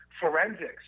forensics